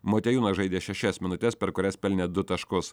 motiejūnas žaidė šešias minutes per kurias pelnė du taškus